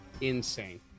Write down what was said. Insane